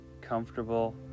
comfortable